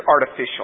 artificial